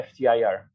FTIR